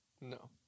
No